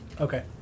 Okay